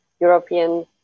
European